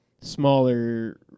smaller